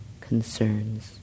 concerns